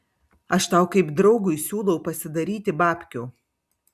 aš tau kaip draugui siūlau pasidaryti babkių